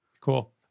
Cool